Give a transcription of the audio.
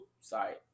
sorry